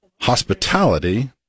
Hospitality